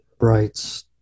rights